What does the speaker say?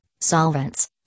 solvents